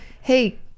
Hey